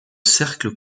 cercle